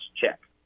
check